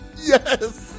yes